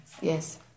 Yes